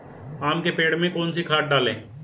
आम के पेड़ में कौन सी खाद डालें?